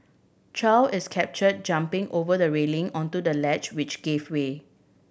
Chow is captured jumping over the railing onto the ledge which gave way